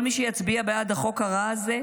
כל מי שיצביע בעד החוק הרע הזה,